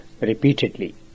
repeatedly